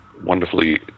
Wonderfully